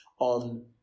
on